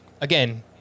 Again